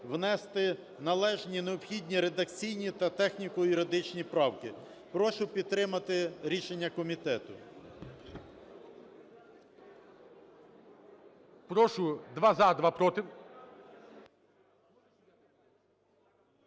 внести належні необхідні редакційні та техніко-юридичні правки. Прошу підтримати рішення комітету.